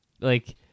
Like-